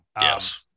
yes